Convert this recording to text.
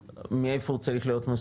איך הוא צריך להיות מחושב,